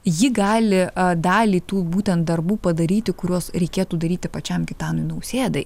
ji gali dalį tų būtent darbų padaryti kuriuos reikėtų daryti pačiam gitanui nausėdai